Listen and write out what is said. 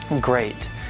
Great